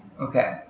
Okay